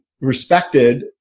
respected